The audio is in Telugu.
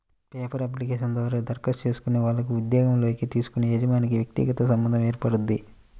పేపర్ అప్లికేషన్ ద్వారా దరఖాస్తు చేసుకునే వాళ్లకి ఉద్యోగంలోకి తీసుకునే యజమానికి వ్యక్తిగత సంబంధం ఏర్పడుద్ది